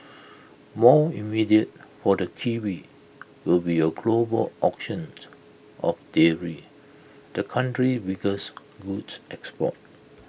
more immediate for the kiwi will be A global auctions of dairy the country's biggest goods export